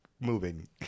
moving